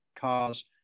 cars